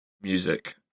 music